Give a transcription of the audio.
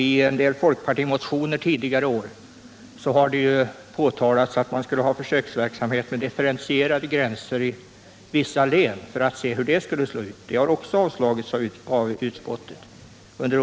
I några folkpartimotioner under tidigare år har föreslagits försöksverksamhet med differentierade gränser i vissa län, men också de förslagen har avstyrkts av utskottet.